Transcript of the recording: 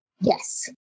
Yes